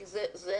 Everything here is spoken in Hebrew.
כי זה הסיפור,